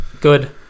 good